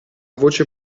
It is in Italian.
voce